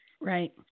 Right